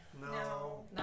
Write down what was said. No